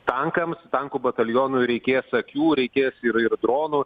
tankams tankų batalionui reikės akių reikės ir ir dronų